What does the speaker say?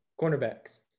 Cornerbacks